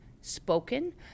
spoken